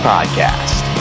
Podcast